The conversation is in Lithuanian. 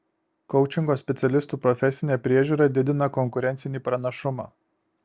koučingo specialistų profesinė priežiūra didina konkurencinį pranašumą